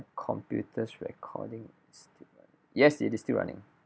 computer's recording is still yes it is still running